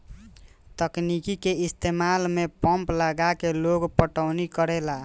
तकनीक के इस्तमाल से पंप लगा के लोग पटौनी करेला